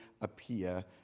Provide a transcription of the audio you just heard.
appear